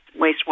wastewater